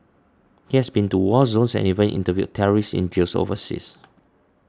he has been to war zones and even interviewed terrorists in jails overseas